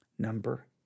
Number